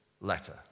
letter